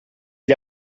gli